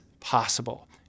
possible